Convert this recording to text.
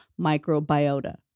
microbiota